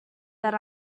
that